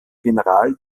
general